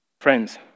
Friends